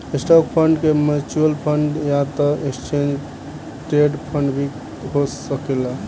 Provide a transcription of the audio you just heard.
stock fund के mutual fund या त एक्सचेंज ट्रेड फंड भी हो सकेला